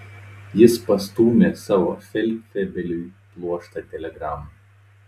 jis pastūmė savo feldfebeliui pluoštą telegramų